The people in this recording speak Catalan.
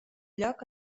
lloc